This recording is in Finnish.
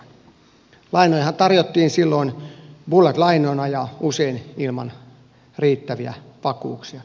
lainojahan tarjottiin silloin bulletlainoina ja usein ilman riittäviä vakuuksia